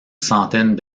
centaine